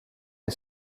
est